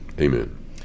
Amen